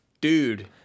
dude